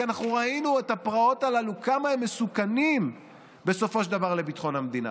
כי ראינו את הפרעות הללו וכמה הן מסוכנות בסופו של דבר לביטחון המדינה.